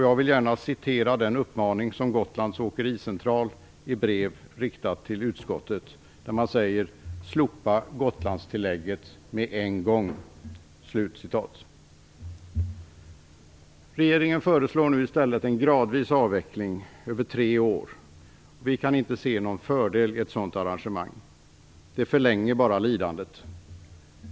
Jag vill gärna citera den uppmaning som Gotlands Åkericentral i ett brev har riktat till utskottet: "Slopa Gotlandstillägget med en gång." Regeringen föreslår nu i stället en gradvis avveckling över tre år. Vi kan inte se någon fördel i ett sådant arrangemang, det förlänger bara lidandet.